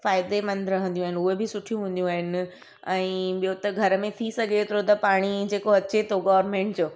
फ़ाइदेमंद रहंदियूं आहिनि उहे बि सुठियूं हूंदियूं आहिनि ऐं ॿियो त घर में थी सघे एतिरो त पाणी जेको अचे थो गॉरंमेंट जो